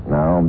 Now